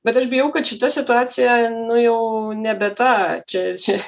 bet aš bijau kad šita situacija nu jau nebe ta čia čia